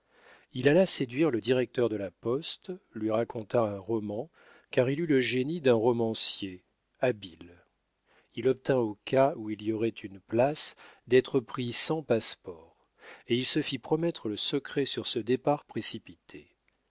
il alla séduire le directeur de la poste lui raconta un roman car il eut le génie d'un romancier habile il obtint au cas où il y aurait une place d'être pris sans passe-port et il se fit promettre le secret sur ce départ précipité